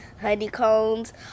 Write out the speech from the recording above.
honeycombs